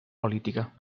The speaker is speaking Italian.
politica